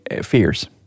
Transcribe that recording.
fears